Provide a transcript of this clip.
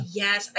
yes